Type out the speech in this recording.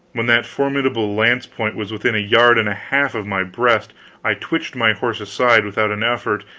when that formidable lance-point was within a yard and a half of my breast i twitched my horse aside without an effort,